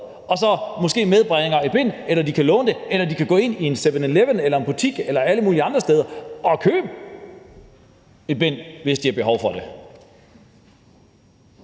så de måske medbringer et bind eller kan låne det. De kan også gå ind i en 7-Eleven eller i en anden butik eller alle mulige andre steder og købe et bind, hvis de har behov for det.